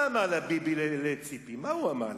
מה אמר ביבי לציפי, מה הוא אמר לה?